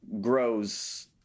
grows